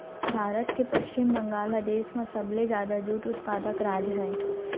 भारत के पस्चिम बंगाल ह देस म सबले जादा जूट उत्पादक राज अय